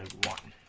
one